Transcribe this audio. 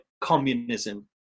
communism